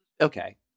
okay